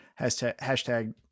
hashtag